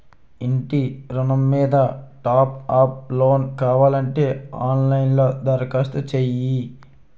ఇంటి ఋణం మీద టాప్ అప్ లోను కావాలంటే ఆన్ లైన్ లో దరఖాస్తు చెయ్యు